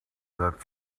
that